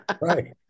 right